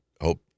hope